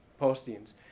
postings